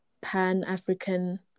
pan-African